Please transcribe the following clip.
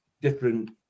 different